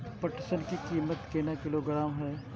पटसन की कीमत केना किलोग्राम हय?